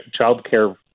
childcare